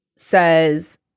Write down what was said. says